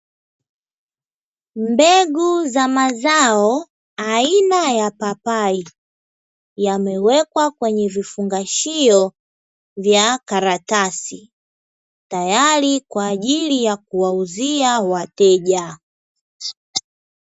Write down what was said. Mbegu za mazao aina ya papai, yamewekwa kwenye vifungashio vya karatasi, tayari kwa ajili ya kuwauzia wateja.